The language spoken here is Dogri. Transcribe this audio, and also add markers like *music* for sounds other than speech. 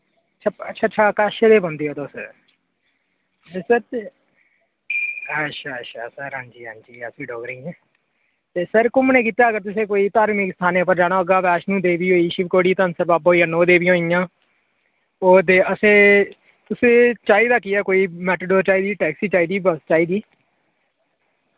अच्छ अच्छा अच्छा कच्छ गै पौंदे ओ तुस *unintelligible* अच्छा अच्छा सर हांजी हांजी *unintelligible* डोगरी ते सर घुमने गित्तै अगर तुसें कोई धार्मिक स्थानें पर जाना होगा वैश्णो देवी होई शिव कोड़ी धंसल बाबा होइया नौ देवियां होइयां ओ ते असें तुसें चाहिदा केह् ऐ कोई मैटाडोर चाहिदी टैक्सी चाहिदी बस चाहिदी